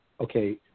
Okay